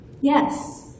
yes